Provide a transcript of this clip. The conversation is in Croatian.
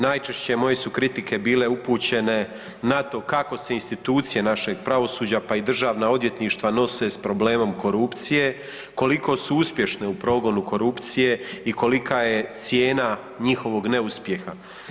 Najčešće moje kritike su bile upućene na to kako se institucije našeg pravosuđa pa i državna odvjetništva nose sa problemom korupcije, koliko su uspješne u progonu korupcije i kolika je cijena njihovog neuspjeha.